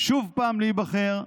ושוב פעם להיבחר,